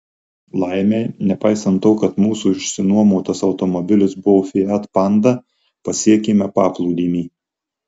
laimei nepaisant to kad mūsų išsinuomotas automobilis buvo fiat panda pasiekėme paplūdimį